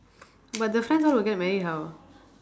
but the friends all will get married how